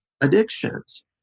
addictions